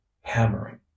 hammering